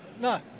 no